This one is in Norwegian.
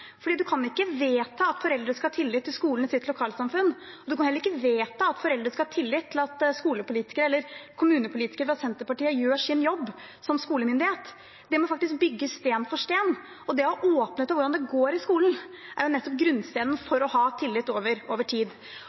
kan ikke vedta at foreldre skal ha tillit til skolen i sitt lokalsamfunn, og man kan heller ikke vedta at foreldre skal ha tillit til at skolepolitikere eller kommunepolitikere fra Senterpartiet gjør sin jobb som skolemyndighet. Det må faktisk bygges stein for stein. Det å ha åpenhet om hvordan det går i skolen, er nettopp grunnsteinen for å ha tillit over tid.